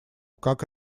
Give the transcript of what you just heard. как